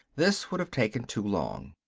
this would have taken too long.